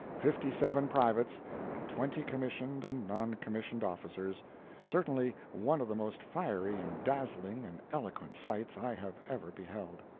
fifty-seven privates and twenty commissioned and non-commissioned officers certainly one of the most fiery and dazzling and eloquent sights i have ever beheld.